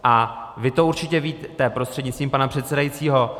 A vy to určitě víte prostřednictvím předsedajícího.